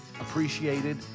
appreciated